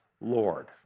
Lord